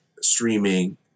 streaming